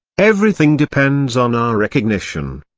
everything depends on our recognition.